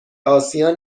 آسیا